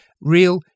real